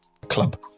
club